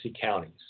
Counties